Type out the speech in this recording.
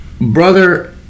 Brother